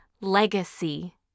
Legacy